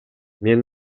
мен